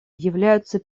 являются